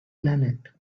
planet